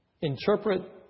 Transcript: Interpret